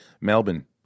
Melbourne